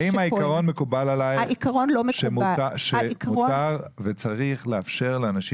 האם העיקרון מקובל עלייך שמותר וצריך לאפשר לאנשים